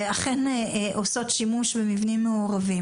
שאכן עושות שימוש במבנים מעורבים.